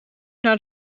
naar